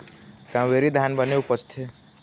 कावेरी धान बने उपजथे?